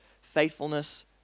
faithfulness